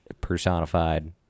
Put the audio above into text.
personified